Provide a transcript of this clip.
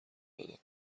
دادم